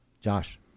Josh